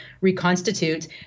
reconstitute